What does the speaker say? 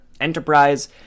enterprise